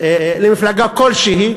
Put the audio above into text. למפלגה כלשהי,